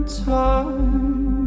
time